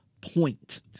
point